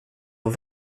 och